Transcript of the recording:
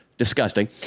disgusting